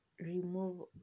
remove